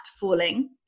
falling